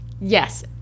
Yes